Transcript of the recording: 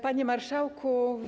Panie Marszałku!